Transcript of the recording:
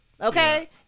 Okay